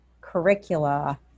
curricula